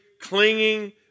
clinging